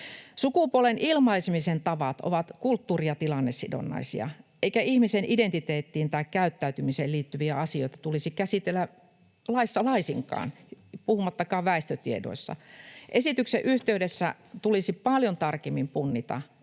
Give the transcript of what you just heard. Sukupuolen ilmaisemisen tavat ovat kulttuuri- ja tilannesidonnaisia, eikä ihmisen identiteettiin tai käyttäytymiseen liittyviä asioita tulisi käsitellä laissa laisinkaan, puhumattakaan väestötiedoissa. Esityksen yhteydessä tulisi paljon tarkemmin punnita,